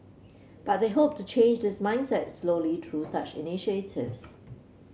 but they hope to change this mindset slowly through such initiatives